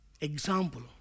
example